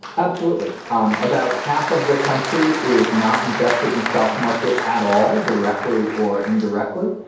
absolutely. um about half of the country is not invested in the stock market at all, directly or indirectly.